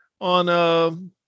on